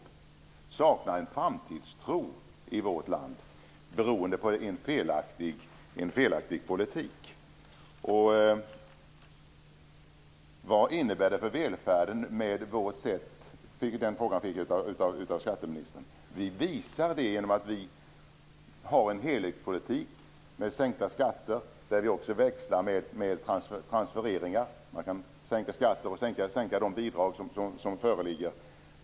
De saknar en framtidstro i vårt land beroende på en felaktig politik. Vad innebär vårt sätt för välfärden? Den frågan fick jag av skatteministern. Vi visar det genom att vi har en helhetspolitik med sänkta skatter, där vi också växlar med transfereringar. Man kan sänka skatter och sänka de bidrag som föreligger.